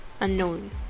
unknown